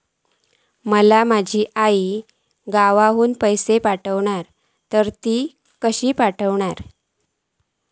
माका माझी आई गावातना पैसे पाठवतीला तर ती कशी पाठवतली?